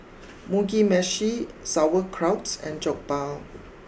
Mugi Meshi Sauerkraut and Jokbal